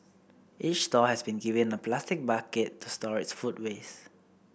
each stall has been given a plastic bucket to store its food waste